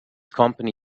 company